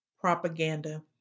propaganda